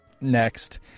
next